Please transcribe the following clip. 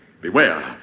Beware